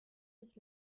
des